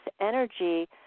energy